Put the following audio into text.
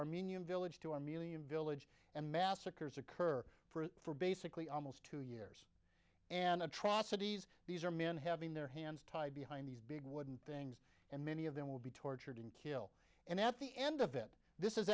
armenian village to a million village and massacres occur for basically almost two years and atrocities these are men having their hands tied behind these big wooden things and many of them will be tortured and killed and at the end of it this is